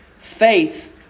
Faith